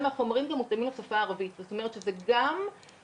זה מה שכתוב